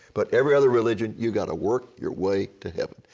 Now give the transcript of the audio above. but every other religion you've got to work your way to heaven,